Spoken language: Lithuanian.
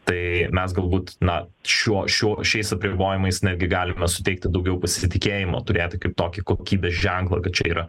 tai mes galbūt na šiuo šiuo šiais apribojimais netgi galime suteikti daugiau pasitikėjimo turėti kaip tokį kokybės ženklą kad čia yra